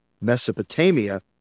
Mesopotamia